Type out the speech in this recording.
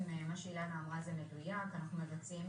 מה שאילנה אמרה מדויק, אנחנו מבצעים